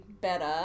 better